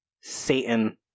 Satan